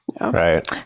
right